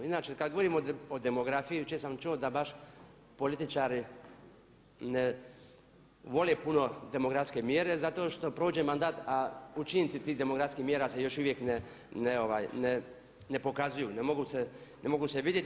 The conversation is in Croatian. Inače kad govorimo o demografiji jučer sam čuo da baš političari ne vole puno demografske mjere zato što prođe mandat a učinci tih demografskih mjera se još uvijek ne pokazuju, ne mogu se vidjeti.